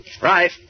Right